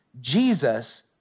Jesus